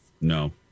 No